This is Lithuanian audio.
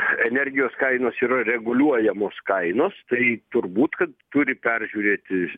energijos kainos yra reguliuojamos kainos tai turbūt kad turi peržiūrėti